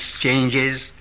changes